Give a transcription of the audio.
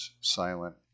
silent